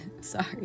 Sorry